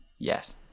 Yes